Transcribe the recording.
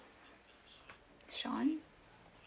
sean